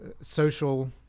social